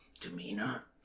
demeanor